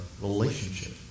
relationship